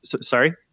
sorry